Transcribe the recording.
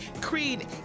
Creed